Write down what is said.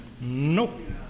Nope